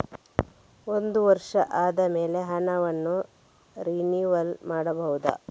ಒಂದು ವರ್ಷ ಆದಮೇಲೆ ಹಣವನ್ನು ರಿನಿವಲ್ ಮಾಡಬಹುದ?